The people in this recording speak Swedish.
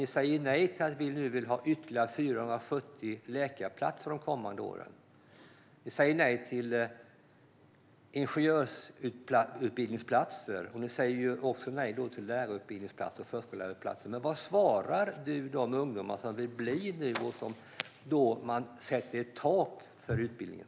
Ni säger nej till ytterligare 440 läkarutbildningsplatser de kommande åren, som vi vill ha. Ni säger nej till ingenjörsutbildningsplatser. Ni säger också nej till lärarutbildningsplatser och förskollärarutbildningsplatser. Vad säger Christer Nylander till de ungdomar som vill utbilda sig, när man sätter ett tak för utbildningen?